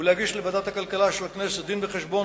ולהגיש לוועדת הכלכלה של הכנסת דין-וחשבון